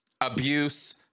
abuse